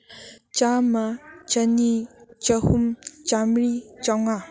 ꯆꯥꯝꯃ ꯑꯅꯤ ꯆꯍꯨꯝ ꯆꯥꯝꯃ꯭ꯔꯤ ꯆꯥꯝꯃꯉꯥ